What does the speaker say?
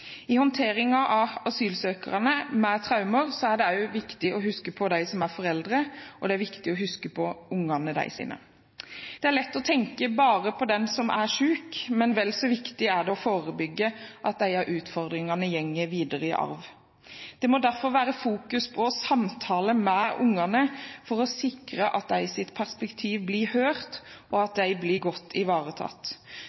I håndteringen av asylsøkere med traumer er det viktig å huske på dem som er foreldre, og det er viktig å huske på ungene deres. Det er lett å tenke bare på den som er syk, men vel så viktig er det å forebygge at utfordringene deres går videre i arv. Det må derfor være fokus på å samtale med ungene for å sikre at deres perspektiv blir hørt, og at de blir godt ivaretatt.